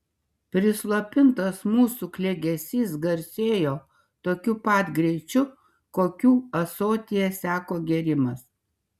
prislopintas mūsų klegesys garsėjo tokiu pat greičiu kokiu ąsotyje seko gėrimas